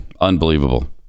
Unbelievable